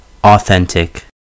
Authentic